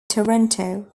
toronto